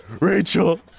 Rachel